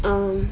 um